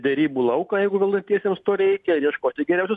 derybų lauką jeigu valdantiesiems to reikia ir ieškoti geriausių